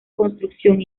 construcción